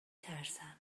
ترسم